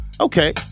Okay